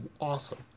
awesome